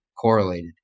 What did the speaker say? correlated